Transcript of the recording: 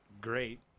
great